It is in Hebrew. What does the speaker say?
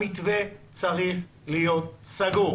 המתווה צריך להיות סגור